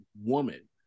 woman